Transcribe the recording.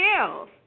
else